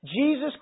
Jesus